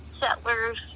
Settlers